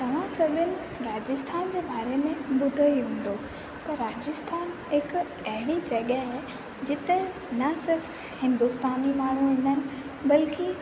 तव्हां सभीनि राजस्थान जे बारे में ॿुधो ई हूंदो त राजस्थान हिकु अहिड़ी जॻहि आहे जिते न सिर्फ़ु हिंदुस्तानी माण्हूं ईंदा आहिनि बल्की